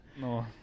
No